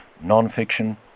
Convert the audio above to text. non-fiction